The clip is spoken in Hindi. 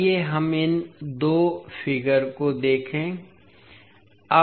आइए हम इन दो आंकड़ों को देखें